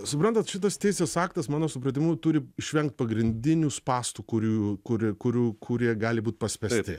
suprantat šitas teisės aktas mano supratimu turi išvengt pagrindinių spąstų kurių kuri kurių kurie gal būti paspęsti